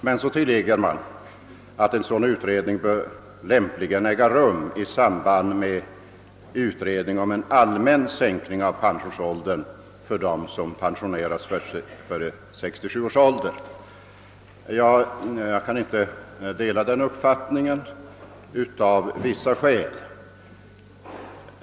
Men så tillägger man:»En sådan utredning bör emellertid lämpligen äga rum i samband med en utredning av frågan om en allmän sänkning av pensionsåldern för dem som pensioneras först vid 67 års ålder.» Jag kan inte dela den uppfattningen, av vissa skäl.